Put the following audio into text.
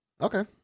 Okay